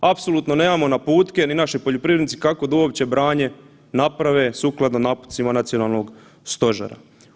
Apsolutno nemamo naputke ni naši poljoprivrednici kako da uopće branje naprave sukladno naputcima Nacionalnog stožera.